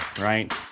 right